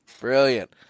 brilliant